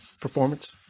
performance